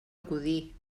acudir